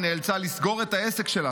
היא נאלצה לסגור את העסק שלה,